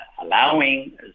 allowing